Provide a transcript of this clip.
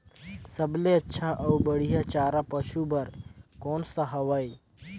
सबले अच्छा अउ बढ़िया चारा पशु बर कोन सा हवय?